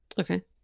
okay